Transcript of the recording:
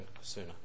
sooner